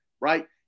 right